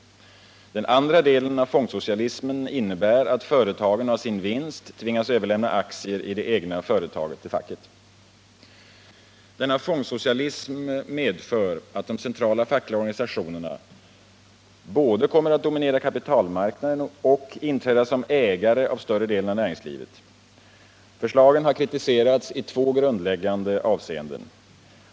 Den andra delen av fondsocialismen innebär att företagen av sin vinst tvingas överlämna aktier i det egna företaget till facket. Denna fondsocialism medför att de centrala fackliga organisationerna både kommer att dominera kapitalmarknaden och inträda som ägare av större delen av näringslivet. Förslagen har kritiserats i två grundläggande avseenden.